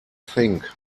think